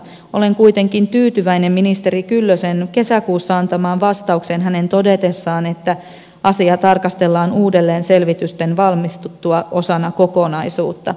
olen kuitenkin tyytyväinen ministeri kyllösen kesäkuussa antamaan vastaukseen hänen todetessaan että asiaa tarkastellaan uudelleen selvitysten valmistuttua osana kokonaisuutta